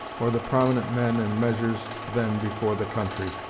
or the prominent men and measures then before the country.